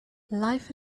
life